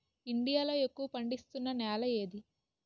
India లో ఎక్కువ పండిస్తున్నా నేల ఏది?